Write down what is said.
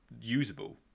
usable